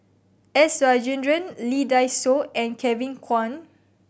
S Rajendran Lee Dai Soh and Kevin Kwan